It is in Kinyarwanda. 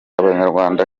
abanyarwanda